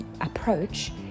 approach